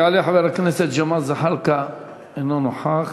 יעלה חבר הכנסת ג'מאל זחאלקה, אינו נוכח,